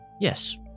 Yes